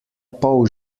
pol